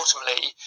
ultimately